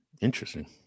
Interesting